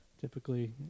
typically